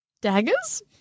daggers